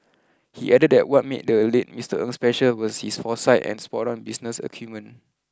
he added that what made the late Mister Ng special was his foresight and spot on business acumen